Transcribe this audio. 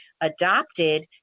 adopted